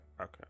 okay